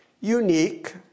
unique